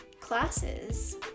classes